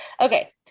okay